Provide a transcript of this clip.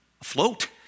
afloat